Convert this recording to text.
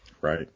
Right